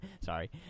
Sorry